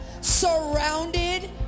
surrounded